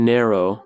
Narrow